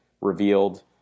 revealed